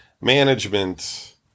management